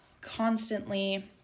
constantly